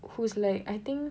whose like I think